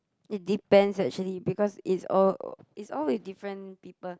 it depends actually because it's all it's all with different people